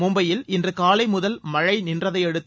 மும்பையில் இன்று காலை முதல் மழை நின்றதை அடுத்து